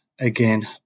Again